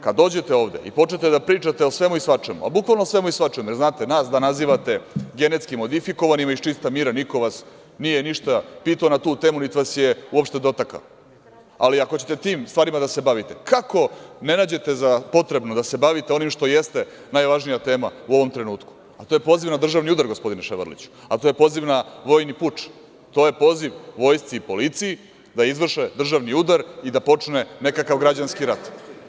Kad dođete ovde i počnete da pričate o svemu i svačemu, ali bukvalno o svemu i svačemu, jer znate, nas da nazivate GMO iz čista mira, niko vas nije ništa pitao na tu temu niti vas je uopšte dotakao, ali ako ćete tim stvarima da se bavite, kako ne nađete za potrebno da se bavite onim što jeste najvažnija tema u ovom trenutku, a to je poziv na državni udar, gospodine Ševarliću, a to je poziv na vojni puč, to je poziv vojsci i policiji da izvrše državni udar i da počne nekakav građanski rat.